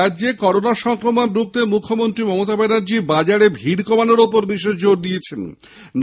রাজ্যে করোনা সংক্রমণ রুখতে মুখ্যমন্ত্রী মমতা ব্যানার্জী বাজারে ভিড় কমানোর ওপর বিশেষ জোর দিয়েছেন